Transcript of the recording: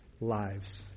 lives